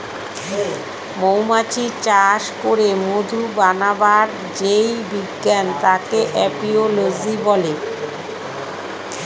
মৌমাছি চাষ করে মধু বানাবার যেই বিজ্ঞান তাকে এপিওলোজি বলে